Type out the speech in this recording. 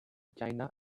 china